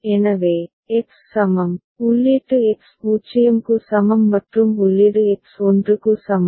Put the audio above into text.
எனவே எக்ஸ் சமம் உள்ளீட்டு எக்ஸ் 0 க்கு சமம் மற்றும் உள்ளீடு எக்ஸ் 1 க்கு சமம்